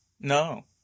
no